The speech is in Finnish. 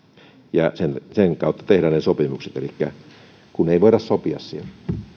ja sen kautta tehdään ne sopimukset kun ei voida sopia siellä